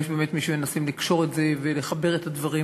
יש באמת מי שמנסים לקשור את זה ולחבר את הדברים.